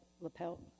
lapel